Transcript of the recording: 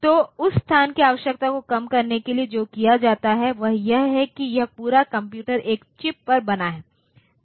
तो उस स्थान की आवश्यकता को कम करने के लिए जो किया जाता है वह यह है कि यह पूरा कंप्यूटर एक चिप पर बना है